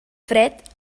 fred